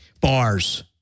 Bars